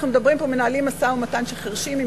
אנחנו מנהלים משא-ומתן של חירשים עם